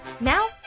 Now